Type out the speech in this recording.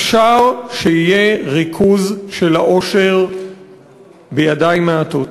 אפשר שיהיה ריכוז של העושר בידיים מעטות,